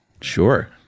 sure